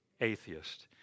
atheist